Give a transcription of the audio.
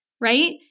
right